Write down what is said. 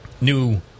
new